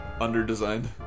Under-designed